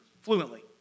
fluently